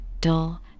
dull